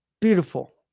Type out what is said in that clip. Beautiful